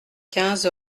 quinze